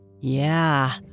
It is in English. Yeah